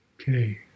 okay